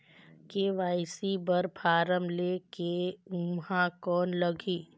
KYC बर form ले के ऊहां कौन लगही?